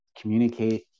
communicate